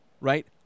Right